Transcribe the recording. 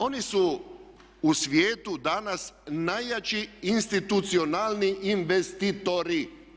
Oni su u svijetu danas najjači institucionalni investitori.